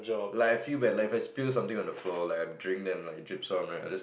like I feel bad like I spilt something on the floor like I drink then it drip on my I just